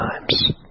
times